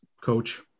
coach